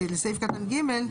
לסעיף קטן (ג).